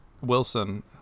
Wilson